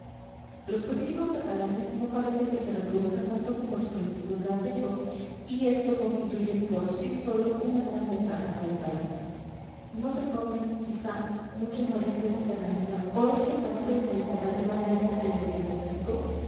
los políticos catalanes no parece que se reproduzcan tanto como los políticos gallegos y esto constituye por sí sólo una gran ventaja para el país no se comen quizá muchos mariscos en cataluña o es que el marisco del mediterráneo vale menos que el del atlántico